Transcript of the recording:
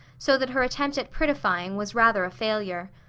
so that her attempt at prettifying was rather a failure.